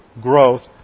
growth